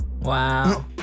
Wow